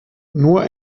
nur